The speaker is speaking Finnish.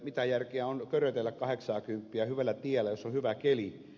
mitä järkeä on körötellä kahdeksaakymppiä hyvällä tiellä jos on hyvä keli